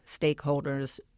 stakeholders